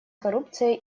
коррупцией